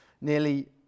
Nearly